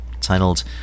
...titled